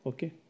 Okay